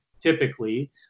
typically